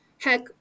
Heck